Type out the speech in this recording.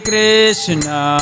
Krishna